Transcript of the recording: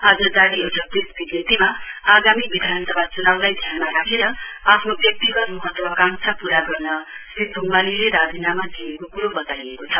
आज जारी एउटा प्रेस विज्ञप्तीमा आगामी विधानसभाल चुनाउलाई ध्यानमा राखेर आफ्नो व्यक्तिगत महत्वाकांक्षा पूरा गर्न ढुङमालीले राजीनामा दिएको कुरो बताइएको छ